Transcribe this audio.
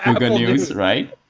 and news, right?